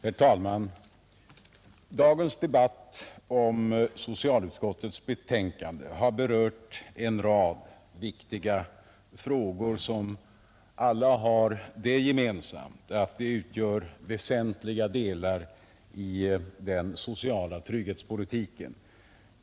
Herr talman! Dagens debatt om socialutskottets betänkande har berört en rad viktiga frågor, som alla har det gemensamt att de utgör väsentliga delar i den sociala trygghetspolitiken.